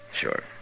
Sure